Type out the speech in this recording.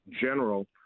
general